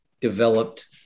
developed